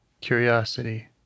curiosity